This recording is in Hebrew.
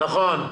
נכון.